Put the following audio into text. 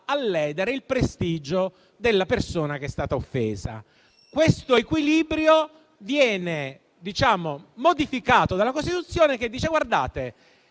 a ledere il prestigio della persona che è stata offesa. Questo equilibrio viene modificato dalla Costituzione, in cui